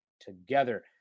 together